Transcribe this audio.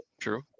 true